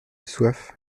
soif